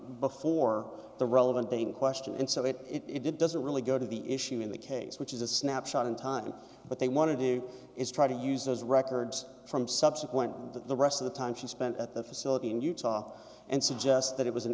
before the relevant dame question and so that it doesn't really go to the issue in the case which is a snapshot in time but they want to do is try to use those records from subsequent that the rest of the time she spent at the facility in utah and suggest that it was an